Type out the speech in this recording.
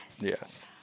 yes